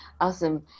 Awesome